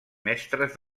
mestres